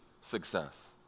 success